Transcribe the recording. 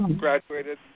Graduated